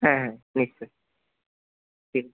হ্যাঁ হ্যাঁ next day ঠিক